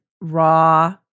raw